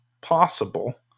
possible